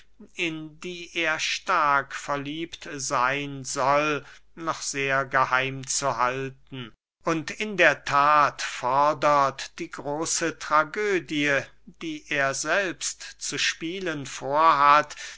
in die er stark verliebt seyn soll noch sehr geheim zu halten und in der that fordert die große tragödie die er selbst zu spielen vorhat